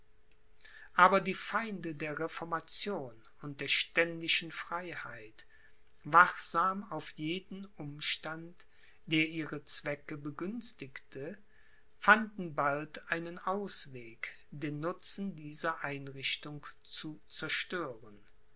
aber die feinde der reformation und der ständischen freiheit wachsam auf jeden umstand der ihre zwecke begünstigte fanden bald einen ausweg den nutzen dieser einrichtung zu zerstören